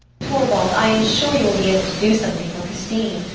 torvald, i am sure you will be able to do something for christine,